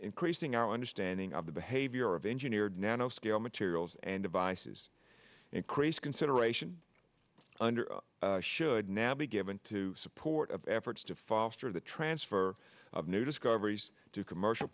increasing our understanding of the behavior of engineered nano scale materials and devices increased consideration under should now be given to support of efforts to foster the transfer of new discoveries to commercial